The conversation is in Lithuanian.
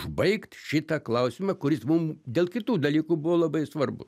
užbaigt šitą klausimą kuris mum dėl kitų dalykų buvo labai svarbu